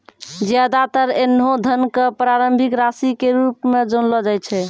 ज्यादातर ऐन्हों धन क प्रारंभिक राशि के रूप म जानलो जाय छै